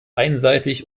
einseitig